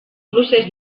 procés